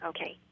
Okay